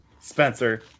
Spencer